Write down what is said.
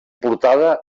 portada